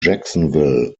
jacksonville